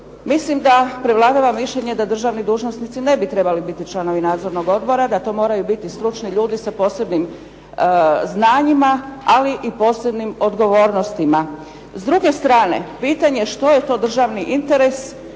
Mislim da prevladava mišljenje da državni dužnosnici ne bi trebali biti članovi nadzornih odbora, da to moraju biti stručni ljudi sa posebnim znanjima ali i posebnim odgovornostima. S druge strane, pitanje što je to državni interes